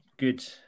good